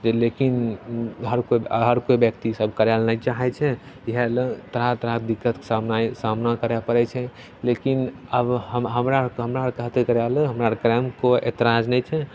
लेकिन हर कोइ हर कोइ व्यक्ति ईसब करैले नहि चाहै छै इएह ले तरह तरहके दिक्कतके सामना सामना करै पड़ै छै लेकिन आब हम हमरा आरके हमरा आरके कहतै करैले हमरा आरके करैमे कोइ एतराज नहि छै